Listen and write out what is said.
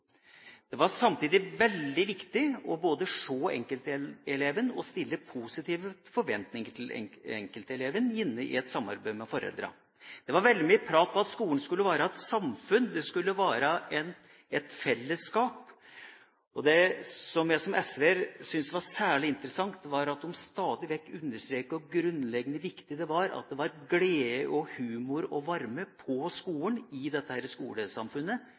Samtidig var det veldig viktig både å se og stille positive forventninger til enkelteleven i et samarbeid med foreldrene. Det var mye prat om at skolen skulle være et samfunn. Det skulle være et fellesskap. Og det som jeg som SV-er synes var særlig interessant, var at de stadig vekk understreket hvor grunnleggende viktig det var at det var glede, humor og varme i dette skolesamfunnet. Det var avgjørende for læring. Her